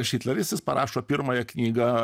šitleris jis parašo pirmąją knygą